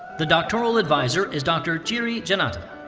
the doctoral advisor is dr. jiri janata.